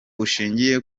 bushingiye